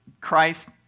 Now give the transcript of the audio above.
Christ